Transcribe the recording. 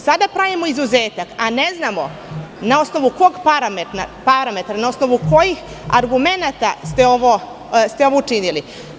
Sada pravimo izuzetak, a ne znamo na osnovu kog parametra, na osnovu kojih argumenata ste ovo učinili.